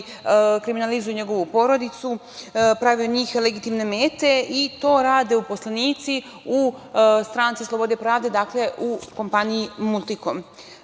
kriminalizuju njegovu porodicu, pravi od njih legitimne mete, i to rade uposlenici u Stranci slobode i pravde, dakle u kompaniji „Multikom“.To